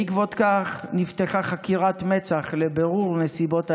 בעקבות זאת נפתחה חקירת מצ"ח לבירור נסיבות האירוע.